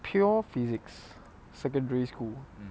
pure physics secondary school